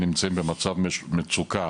נמצאים במצב מצוקה.